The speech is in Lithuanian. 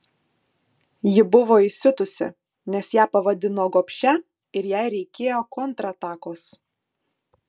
ji buvo įsiutusi nes ją pavadino gobšia ir jai reikėjo kontratakos